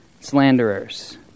slanderers